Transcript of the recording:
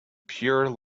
pure